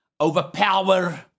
overpower